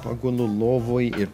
pagulu lovoj ir